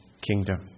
kingdom